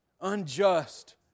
unjust